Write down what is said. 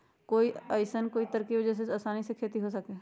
कोई अइसन कोई तरकीब बा जेसे आसानी से खेती हो सके?